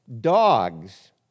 dogs